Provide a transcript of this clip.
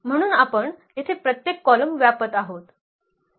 म्हणून आपण येथे प्रत्येक कॉलम व्यापत आहोत